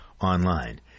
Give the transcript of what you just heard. online